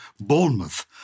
Bournemouth